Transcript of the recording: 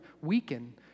weaken